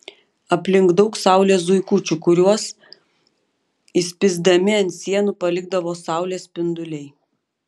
aplink daug saulės zuikučių kuriuos įspįsdami ant sienų palikdavo saulės spinduliai